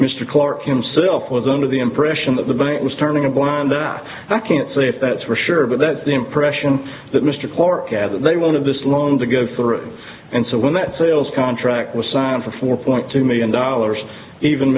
mr clark himself was under the impression that the bank was turning a blind that i can't say that's for sure but that's the impression that mr clark at that they wanted this long to go for and so when that sales contract was signed for four point two million dollars even